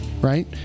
Right